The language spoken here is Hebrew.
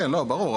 ברור,